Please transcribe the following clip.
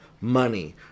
money